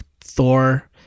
Thor